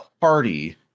party